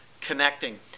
connecting